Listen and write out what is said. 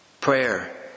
Prayer